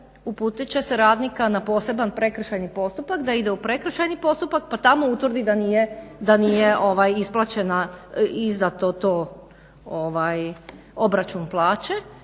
Uputit će se radnika na poseban prekršajni postupak da ide u prekršajni postupak pa tamo utvrdi da nije izdato obračun plaće